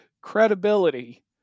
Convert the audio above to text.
credibility